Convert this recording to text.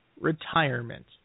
retirement